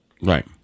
Right